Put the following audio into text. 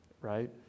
right